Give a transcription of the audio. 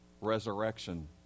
Resurrection